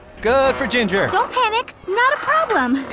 good for ginger. don't panic. not a problem.